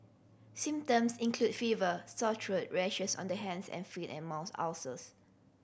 symptoms include fever sore throat rashes on the hands and feet and mouth ulcers